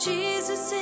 Jesus